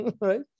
Right